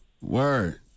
Word